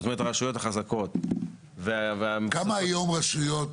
זאת אומרת הרשויות החזקות --- כמה היום רשויות